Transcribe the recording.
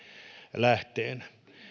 lähteenä